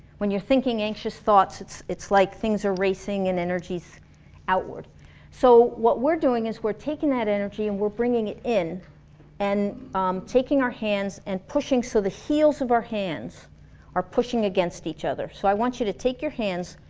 when you're thinking anxious thoughts it's it's like things are racing and energy is outward so what we're doing is we're taking that energy and we're bringing it in and um taking our hands and pushing so the heels of our hands are pushing against each other so i want you to take your hands,